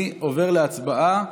אני עובר להצבעה,